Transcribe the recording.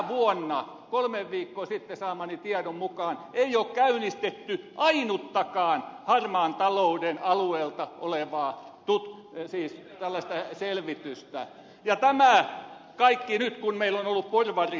tänä vuonna kolme viikkoa sitten saamani tiedon mukaan ei ole käynnistetty ainuttakaan harmaan talouden alueelta olevaa selvitystä ja tämä kaikki nyt kun meillä on ollut porvarihallitus